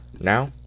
Now